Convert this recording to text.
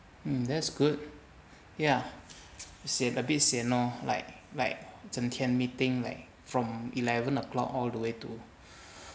mm that's good ya sian a bit sian lor like like 整天 meeting like from eleven o'clock all the way to